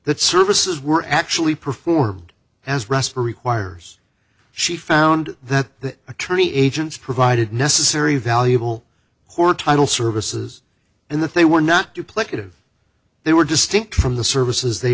that services were actually performed as respire requires she found that the attorney agents provided necessary valuable court title services and that they were not duplicative they were distinct from the services they